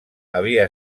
havia